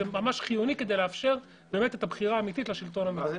זה ממש חיוני כדי לאפשר את הבחירה האמיתית לשלטון המקומי.